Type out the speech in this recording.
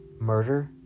murder